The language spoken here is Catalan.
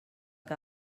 que